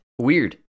Weird